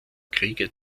kriege